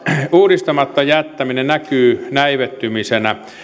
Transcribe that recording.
uudistamatta jättäminen näkyy näivettymisenä